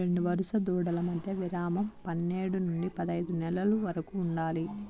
రెండు వరుస దూడల మధ్య విరామం పన్నేడు నుండి పదైదు నెలల వరకు ఉండాలి